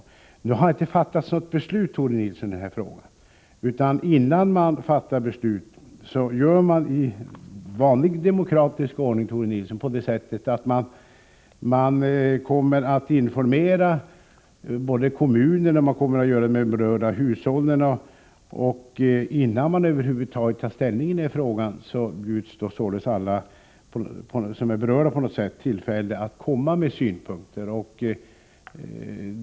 Det har, Tore Nilsson, ännu inte fattats något beslut i denna fråga. Innan man fattar beslut kommer man i vanlig demokratisk ordning att informera både kommunerna och berörda hushåll. Innan man över huvud taget tar ställning kommer alla som på något sätt är berörda att ges tillfälle att inkomma med synpunkter.